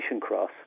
cross